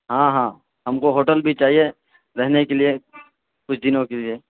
ہاں ہاں ہم کو ہوٹل بھی چاہیے رہنے کے لیے کچھ دنوں کے لیے